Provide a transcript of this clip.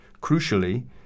Crucially